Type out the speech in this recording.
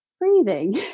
breathing